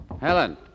Helen